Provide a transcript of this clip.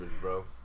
bro